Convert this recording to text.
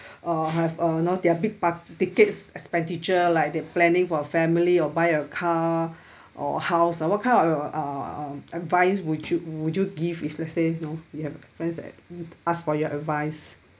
uh have uh you know there're big buck digits expenditure like they're planning for a family or buy a car or a house ah what kind of your uh uh advice would you would you give if let's say you know you have friends that would ask for your advice